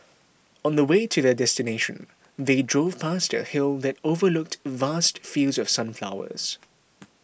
on the way to their destination they drove past a hill that overlooked vast fields of sunflowers